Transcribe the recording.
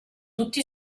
tutti